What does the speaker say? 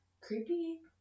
creepy